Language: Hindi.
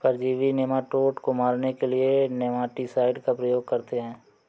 परजीवी नेमाटोड को मारने के लिए नेमाटीसाइड का प्रयोग करते हैं